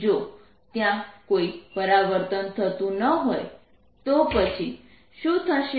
જો ત્યાં કોઈ પરાવર્તન થતું ન હોય તો પછી શું થશે